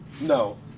No